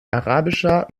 arabischer